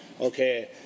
Okay